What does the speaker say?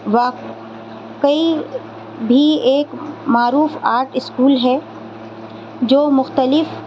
واقعی بھی ایک معروف آرٹ اسکول ہے جو مختلف